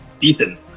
Ethan